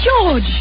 George